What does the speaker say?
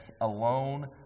alone